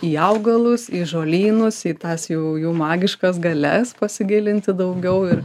į augalus į žolynus į tas jų jų magiškas galias pasigilinti daugiau ir